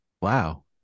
Wow